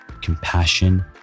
compassion